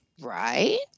right